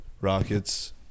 Rockets